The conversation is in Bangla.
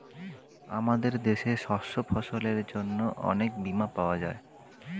আমাদের দেশে শস্য ফসলের জন্য অনেক বীমা পাওয়া যায়